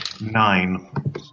Nine